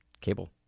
cable